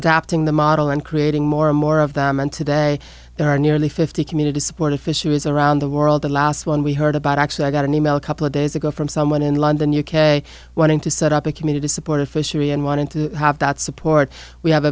adapting the model and creating more and more of them and today there are nearly fifty community supported fisheries around the world the last one we heard about actually i got an e mail a couple of days ago from someone in london u k wanting to set up a community supported fishery and wanted to have that support we have